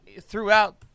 throughout